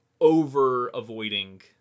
over-avoiding